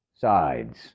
sides